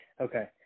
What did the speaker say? Okay